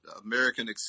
American